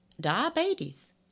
Diabetes